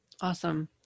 awesome